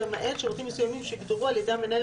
למעט שירותים מסוימים שיוגדרו על ידי המנהל